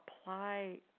apply